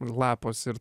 lapas ir